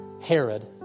Herod